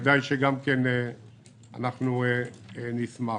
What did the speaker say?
בוודאי שאנחנו נשמח.